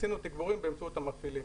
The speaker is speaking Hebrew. תגברנו באמצעות המפעילים.